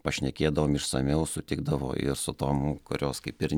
pašnekėdavom išsamiau sutikdavo ir su tom kurios kaip ir